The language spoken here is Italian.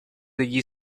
degli